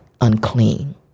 unclean